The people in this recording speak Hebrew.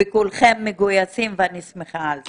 כולכם מגויסים ואני שמחה על זה.